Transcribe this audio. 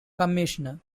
commissioner